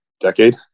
Decade